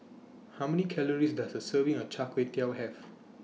How Many Calories Does A Serving of Char Kway Teow Have